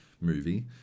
movie